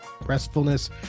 restfulness